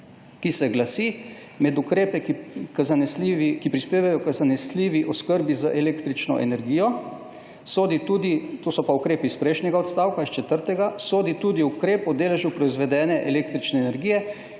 ki glasi: »Med ukrepe, ki prispevajo k zanesljivi oskrbi z električno energijo, sodi tudi,« to so pa ukrepi iz prejšnjega odstavka, iz četrtega, »ukrep o deležu proizvedene električne energije,